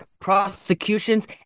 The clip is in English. prosecutions